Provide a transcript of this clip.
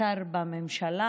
כשר בממשלה,